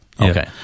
Okay